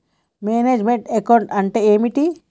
Manage meant account అంటే ఏమిటి?